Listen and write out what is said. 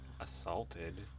assaulted